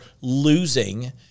losing